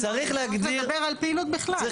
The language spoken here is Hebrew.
צריך לדבר על פעילות בכלל.